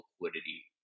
liquidity